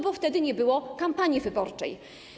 Bo wtedy nie było kampanii wyborczej.